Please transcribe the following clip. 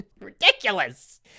ridiculous